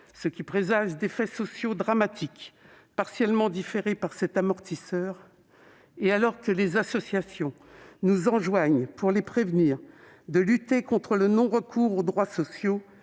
ce qui présage d'effets sociaux dramatiques partiellement différés par cet amortisseur, et alors que les associations nous enjoignent, pour prévenir ce phénomène, de lutter contre le non-recours aux droits sociaux